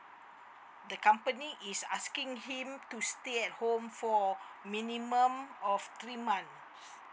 the company is asking him to stay at home for minimum of three months